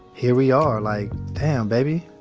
here we are. like, damn, baby.